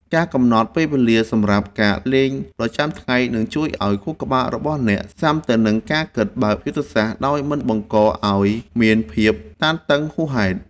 ការកំណត់ពេលវេលាសម្រាប់ការលេងប្រចាំថ្ងៃនឹងជួយឱ្យខួរក្បាលរបស់អ្នកស៊ាំទៅនឹងការគិតបែបយុទ្ធសាស្ត្រដោយមិនបង្កឱ្យមានភាពតានតឹងហួសហេតុ។